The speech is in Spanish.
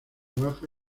baja